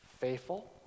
faithful